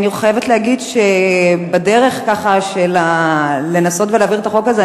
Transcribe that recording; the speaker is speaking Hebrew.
אני חייבת להגיד שבדרך של לנסות ולהעביר את החוק הזה,